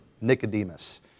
Nicodemus